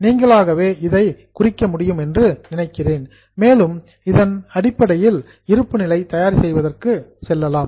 நீங்களாகவே இதை குறிக்க முடியும் என்று நம்புகிறேன் மேலும் இதனடிப்படையில் இருப்புநிலை தயார் செய்வதற்கு செல்லலாம்